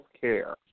care